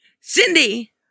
Cindy